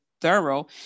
thorough